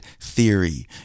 theory